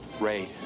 Ray